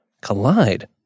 Collide